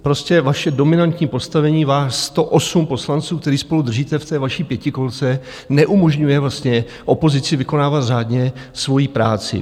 Prostě vaše dominantní postavení, vás 108 poslanců, kteří spolu držíte v té vaší pětikolce, neumožňuje vlastně opozici vykonávat řádně svoji práci.